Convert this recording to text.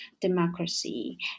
democracy